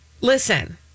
listen